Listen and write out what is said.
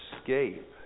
escape